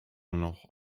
noch